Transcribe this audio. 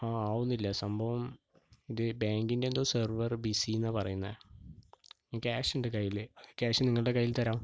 ആ ആവുന്നില്ല സംഭവം ഇത് ബേങ്കിന്റെ എന്തോ സെർവർ ബിസിയെന്നാണ് പറയുന്നത് ക്യാഷ് ഉണ്ട് കയ്യിൽ ക്യാഷ് നിങ്ങളുടെ കയ്യിൽ തരാം